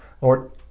Lord